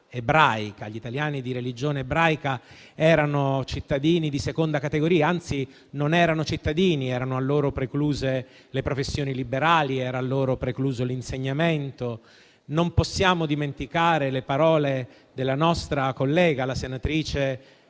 gli italiani di religione ebraica, erano cittadini di seconda categoria, anzi non erano cittadini; erano a loro precluse le professioni liberali ed era a loro precluso l'insegnamento. Non possiamo dimenticare le parole della nostra collega, la senatrice